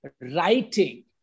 writing